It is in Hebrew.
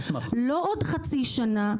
לא בעוד חצי שנה,